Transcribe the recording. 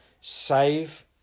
save